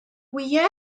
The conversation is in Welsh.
wyau